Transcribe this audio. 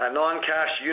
non-cash